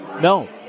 No